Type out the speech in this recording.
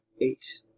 eight